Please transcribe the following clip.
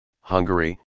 Hungary